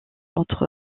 entre